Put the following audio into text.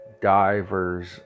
divers